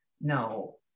no